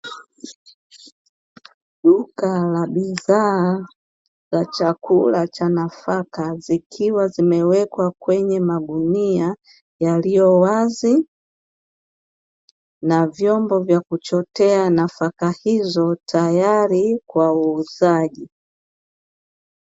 Duka la bidhaa za chakula cha nafaka zikiwa zimewekwa kwenye magunia yaliyo wazi, na vyombo vya kuchotea nafaka hizo tayari kwa uuzaji.